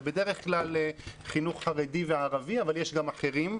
זה בדרך כלל חינוך חרדי וערבי, אבל יש גם אחרים.